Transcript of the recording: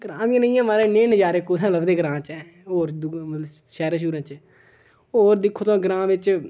ग्रांऽ दियां नेहियां माराज नेह् नजारे कुत्थै लभदे ग्रांऽ च होर दुए मत शैह्रें शूह्रें च होर दिक्खो तुस ग्रांऽ बिच